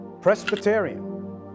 Presbyterian